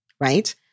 right